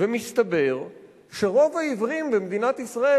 ומסתבר שרוב העיוורים במדינת ישראל,